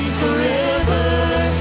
forever